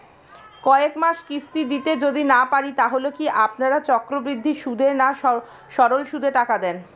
কয়েক মাস কিস্তি দিতে যদি না পারি তাহলে কি আপনারা চক্রবৃদ্ধি সুদে না সরল সুদে টাকা দেন?